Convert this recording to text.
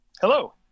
Hello